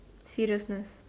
seriousness